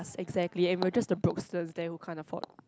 exactly and we were just the broke students there who can't afford